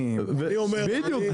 בדיוק,